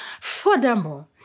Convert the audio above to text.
Furthermore